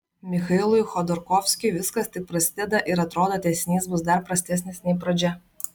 michailui chodorkovskiui viskas tik prasideda ir atrodo tęsinys bus dar prastesnis nei pradžia